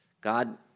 god